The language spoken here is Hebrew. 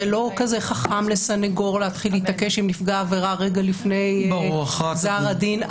זה לא כזה חכם לסנגור להתחיל להתעקש עם נפגע העבירה רגע לפני גזר הדין,